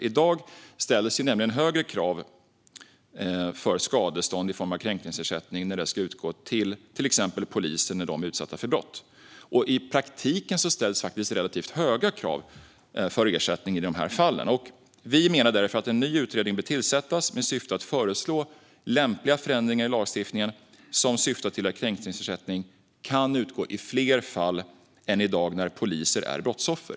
I dag ställs nämligen högre krav för skadestånd i form av kränkningsersättning när det ska utgå till exempelvis poliser som är utsatta för brott. I praktiken ställs faktiskt relativt höga krav för ersättning i de här fallen. Vi anser därför att en ny utredning bör tillsättas med syfte att föreslå lämpliga förändringar i lagstiftningen vilka syftar till att kränkningsersättning ska kunna utgå i fler fall än i dag när poliser är brottsoffer.